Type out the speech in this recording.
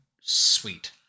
sweet